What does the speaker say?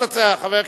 יש לנו שלוש ועדות.